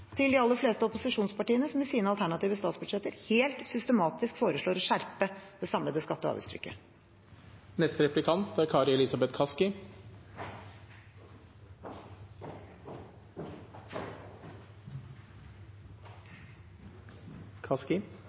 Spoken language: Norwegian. til de aller fleste opposisjonspartiene, som i sine alternative statsbudsjetter helt systematisk foreslår å skjerpe det samlede skatte- og